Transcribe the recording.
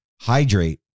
hydrate